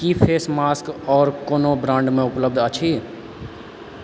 की face mask आओर कोनो ब्राण्डमे उपलब्ध अछि